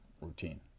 routine